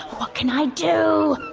what can i do?